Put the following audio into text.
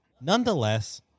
Nonetheless